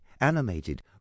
animated